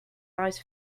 eyes